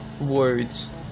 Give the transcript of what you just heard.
words